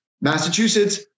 Massachusetts